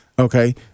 Okay